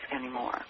anymore